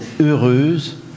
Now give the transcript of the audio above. heureuse